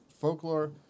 folklore